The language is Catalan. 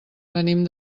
venim